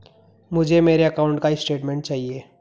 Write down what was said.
मुझे मेरे अकाउंट का स्टेटमेंट चाहिए?